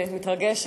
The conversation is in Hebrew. אני מתרגשת.